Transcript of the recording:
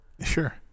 Sure